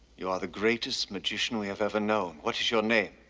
you are the greatest magician we have ever known. what is your name?